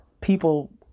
people